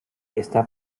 está